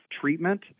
treatment